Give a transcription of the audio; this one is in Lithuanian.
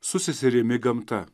su seserimi gamta